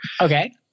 Okay